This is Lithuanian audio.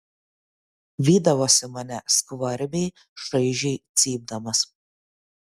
vydavosi mane skvarbiai šaižiai cypdamas